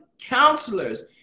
counselors